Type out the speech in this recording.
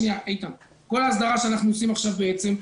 כל ההסדרה שאנחנו עושים עכשיו,